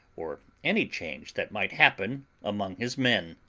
or any change that might happen among his men.